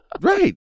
Right